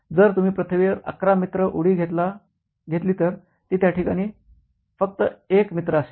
जर तुम्ही पृथ्वीवर ११ मीटर उडी घेतली तर ती त्या ठिकाणी फक्त १ मीटर असेल